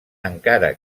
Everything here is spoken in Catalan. encara